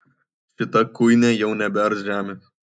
šita kuinė jau nebears žemės